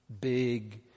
big